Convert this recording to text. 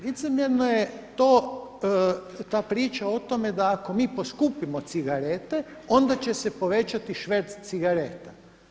Licemjerno je ta priča o tome da ako mi poskupimo cigareta onda će se povećati šverc cigareta.